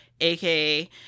aka